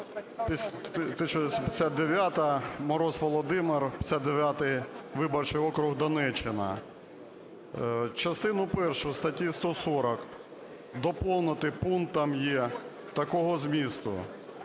Правка 1959. Мороз Володимир, 59 виборчий округ, Донеччина. Частину першу статті 140 доповнити пунктом "є" такого змісту: